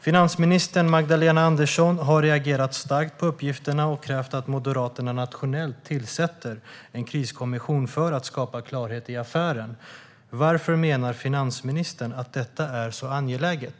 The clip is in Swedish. Finansminister Magdalena Andersson har reagerat starkt på uppgifterna och krävt att Moderaterna nationellt tillsätter en kriskommission för att skapa klarhet i affären. Varför menar finansministern att detta är så angeläget?